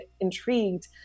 intrigued